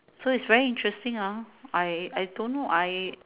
so it's very interesting hor I I don't know I